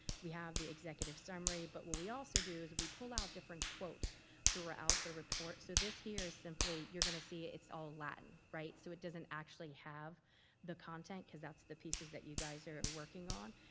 we have the executive summary, but what we also do is we pull out different quotes throughout the report. so this here is simply. you're going to see its all latin, right. so it doesn't actually have the content, because that's the pieces you guys are working on,